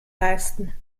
leisten